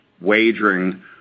wagering